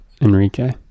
Enrique